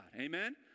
Amen